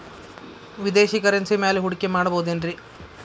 ವಿದೇಶಿ ಕರೆನ್ಸಿ ಮ್ಯಾಲೆ ಹೂಡಿಕೆ ಮಾಡಬಹುದೇನ್ರಿ?